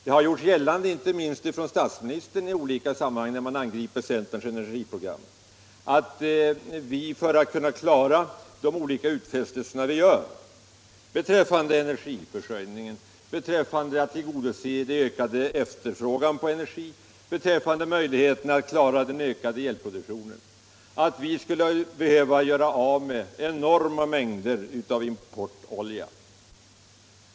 Det har gjorts gällande, inte minst av statsministern i olika sammanhang, när man angripit centerns energiprogram, att vi för att kunna klara de olika utfästelser vi gör beträffande energiförsörjningen, beträffande tillgodoseendet av den ökade efterfrågan på energi och beträffande möjligheterna att klara den ökade elproduktionen skulle behöva göra av med enorma mängder importolja.